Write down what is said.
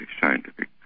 scientific